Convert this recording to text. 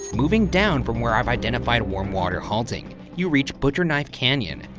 moving down from where i've identified warm water halting, you reach butcherknife canyon,